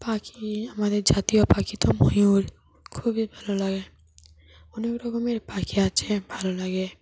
পাখি আমাদের জাতীয় পাখি তো ময়ূর খুবই ভালো লাগে অনেক রকমের পাখি আছে ভালো লাগে